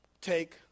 take